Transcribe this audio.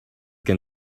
can